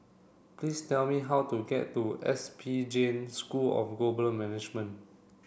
please tell me how to get to S P Jain School of Global Management